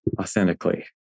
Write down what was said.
authentically